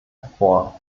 hervor